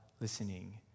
listening